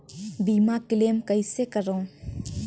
बीमा क्लेम कइसे करों?